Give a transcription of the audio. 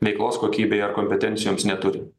veiklos kokybei ar kompetencijoms neturi